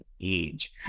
age